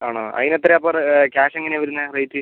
ആണോ അതിന് എത്രയാണ് അപ്പം ക്യാഷ് എങ്ങനെയാണ് വരുന്നത് റേറ്റ്